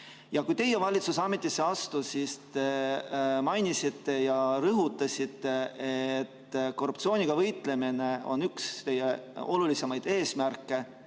Kui teie valitsus ametisse astus, siis te mainisite ja rõhutasite, et korruptsiooniga võitlemine on üks teie olulisemaid eesmärke.